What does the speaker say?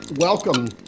Welcome